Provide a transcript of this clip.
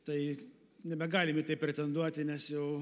tai nebegalim į tai pretenduoti nes jau